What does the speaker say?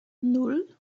nan